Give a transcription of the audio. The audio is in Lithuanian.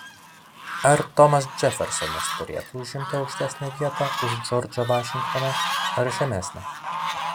ar tomas džefersonas turėtų užimti aukštesnę vietą už džordžą vašingtoną ar žemesnę